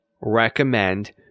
recommend